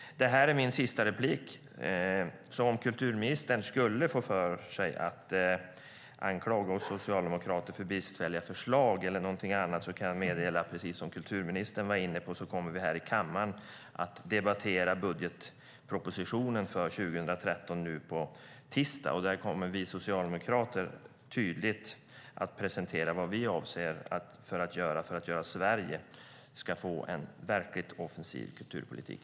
Det här är min sista replik, så om kulturministern skulle få för sig att anklaga oss socialdemokrater för bristfälliga förslag eller någonting annat kan jag meddela att, precis som kulturministern var inne på, vi här i kammaren kommer att debattera budgetpropositionen för 2013 nu på tisdag. Då kommer vi socialdemokrater tydligt att presentera vad vi avser att göra för att Sverige ska få en verkligt offensiv kulturpolitik.